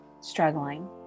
struggling